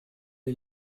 est